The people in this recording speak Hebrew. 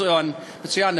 מצוין,